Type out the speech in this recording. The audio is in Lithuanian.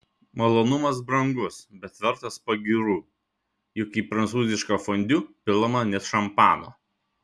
malonumas brangus bet vertas pagyrų juk į prancūzišką fondiu pilama net šampano